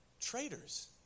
traitors